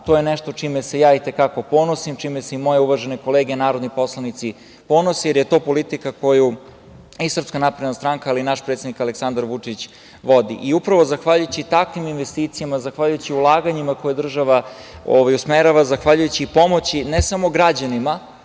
je nešto čime se ja i te kako ponosim, čime se i moje uvažene kolege narodni poslanici ponose, jer je to politika koju i SNS, ali i naš predsednik Aleksandar Vučić vodi. Upravo zahvaljujući takvim investicijama, zahvaljujući ulaganjima koje država usmerava, zahvaljujući pomoći, ne samo građanima,